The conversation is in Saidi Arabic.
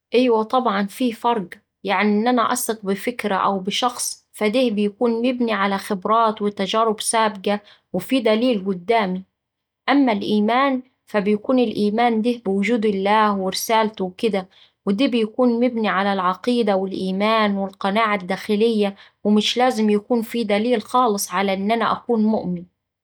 إيوه طبعا فيه فرق، يعني إن أنا أثق بفكرة أو بشخص فده بيكون مبني على خبرات وتجارب سابقة وفيه دليل قدامي. أما الإيمان، فبيكون الإيمان ده بوجود الله ورسالته وكدا وده بيكون مبني على العقيدة والإيمان والقناعة الداخلية ومش لازم يكون فيه دليل خالص على إن أنا أكون مؤمن.